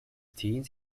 teens